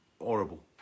horrible